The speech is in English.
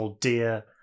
dear